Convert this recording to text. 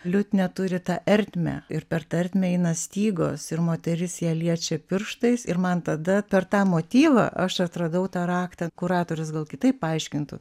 liutnia turi tą ertmę ir per tą ertmę eina stygos ir moteris ją liečia pirštais ir man tada per tą motyvą aš atradau tą raktą kuratorius gal kitaip paaiškintų